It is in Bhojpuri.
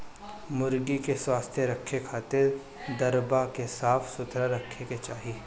मुर्गी के स्वस्थ रखे खातिर दरबा के साफ सुथरा रखे के चाही